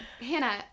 Hannah